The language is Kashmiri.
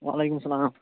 وعلیکُم السلام